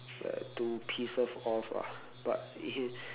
like to piss her off ah but